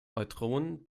neutronen